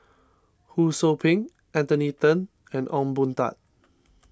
Ho Sou Ping Anthony then and Ong Boon Tat